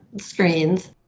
screens